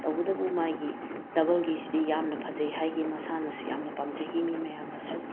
ꯇꯧꯕꯇꯕꯨ ꯃꯥꯒꯤ ꯗꯕꯜꯒꯤꯁꯤꯗꯤ ꯌꯥꯝꯅ ꯐꯖꯩ ꯍꯥꯏꯈꯤ ꯃꯁꯥꯅꯁꯨ ꯌꯥꯝꯅ ꯄꯥꯝꯖꯈꯤ ꯃꯤ ꯃꯌꯥꯝꯅꯁꯨ